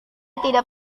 tidak